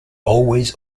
always